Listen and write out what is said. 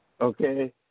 okay